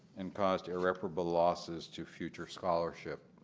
and caused irreparable losses to future scholarship.